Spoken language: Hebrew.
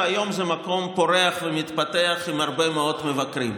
והיום זה מקום פורח ומתפתח עם הרבה מאוד מבקרים.